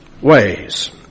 ways